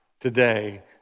today